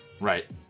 Right